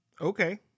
Okay